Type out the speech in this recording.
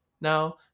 Now